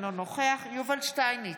אינו נוכח יובל שטייניץ,